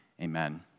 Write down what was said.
Amen